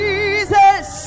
Jesus